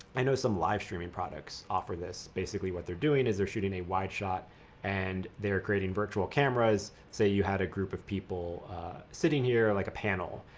i know some live streaming products offer this. basically what they're doing is they're shooting a wide shot and they're creating virtual cameras. say you had a group of people sitting here like a panel,